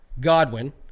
Godwin